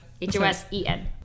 H-O-S-E-N